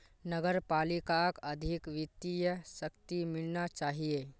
नगर पालिकाक अधिक वित्तीय शक्ति मिलना चाहिए